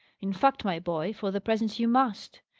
in fact, my boy, for the present you must.